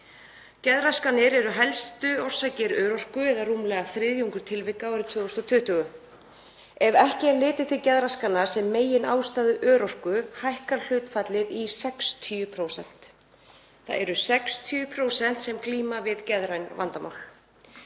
Geðraskanir eru helstu orsakir örorku eða rúmlega þriðjungur tilvika árið 2020. Ef ekki er litið til geðraskana sem meginástæðu örorku hækkar hlutfallið í 60%. Það eru 60% sem glíma við geðræn vandamál.